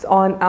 on